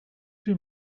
two